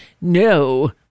No